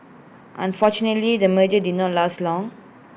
unfortunately the merger did not last long